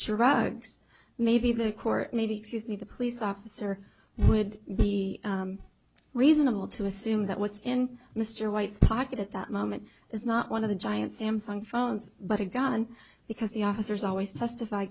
drugs maybe the court may be excuse me the police officer would be reasonable to assume that what's in mr white's pocket at that moment is not one of the giant samsung phones but a gun because the officers always testify